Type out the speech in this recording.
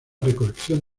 recolección